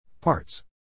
Parts